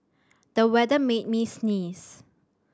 the weather made me sneeze